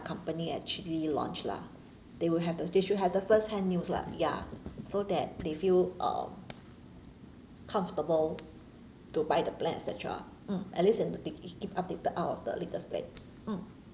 company actually launched lah they will have the they should have the first hand news lah ya so that they feel uh comfortable to buy the plan et cetera mm at least I will keep updated out of the latest plan mm